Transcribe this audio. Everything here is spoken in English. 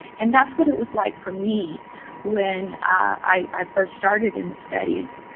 and that's what it was like for me when i first started in the studies.